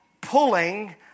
pulling